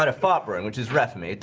a farm but and which is refa me.